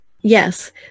Yes